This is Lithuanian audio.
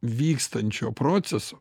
vykstančio proceso